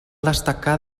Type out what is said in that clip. destacar